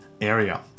area